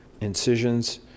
incisions